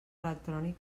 electrònic